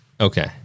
Okay